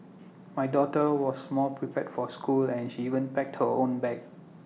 my daughter was more prepared for school and she even packed her own bag